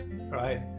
right